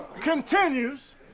continues